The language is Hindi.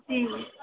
जी